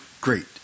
Great